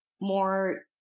more